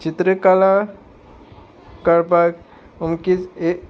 चित्रकला करपाक अमकीच एक